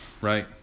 right